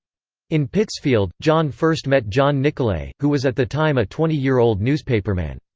in pittsfield, john first met john nicolay, who was at the time a twenty year old newspaperman.